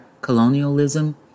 Colonialism